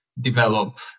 develop